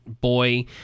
boy